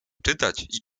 czytać